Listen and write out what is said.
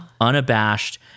unabashed